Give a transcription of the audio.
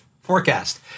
forecast